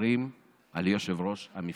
שומרים על יושב-ראש המפלגה.